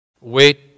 Wait